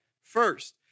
First